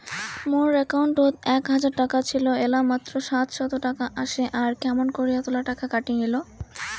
মোর একাউন্টত এক হাজার টাকা ছিল এলা মাত্র সাতশত টাকা আসে আর কেমন করি এতলা টাকা কাটি নিল?